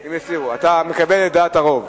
הם הסירו, אתה מקבל את דעת הרוב.